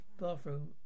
bathroom